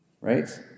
right